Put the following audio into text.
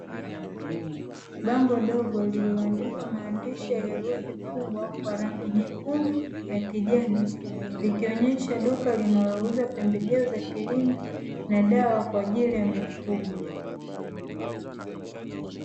Bango dogo lililoandikwa maandishi ya herufi kubwa kwa rangi nyekundu na kijani, likionyesha duka linalouza pembejeo za kilimo na dawa kwa ajili ya mifungo.